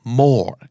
more